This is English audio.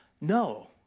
No